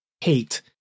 hate